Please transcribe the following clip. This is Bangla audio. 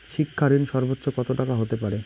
শিক্ষা ঋণ সর্বোচ্চ কত টাকার হতে পারে?